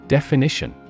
Definition